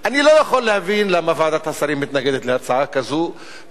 אני לא יכול להבין למה ועדת השרים מתנגדת להצעה כזאת,